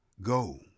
go